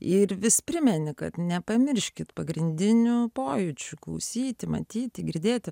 ir vis primeni kad nepamirškit pagrindinių pojūčių klausyti matyti girdėti